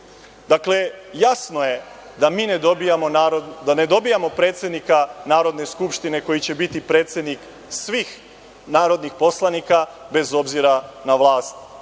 Srbije. Dakle, jasno je da mi ne dobijamo predsednika Narodne skupštine koji će biti predsednik svih narodnih poslanika, bez obzira na vlast